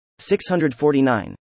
649